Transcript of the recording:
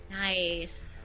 Nice